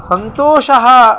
सन्तोषः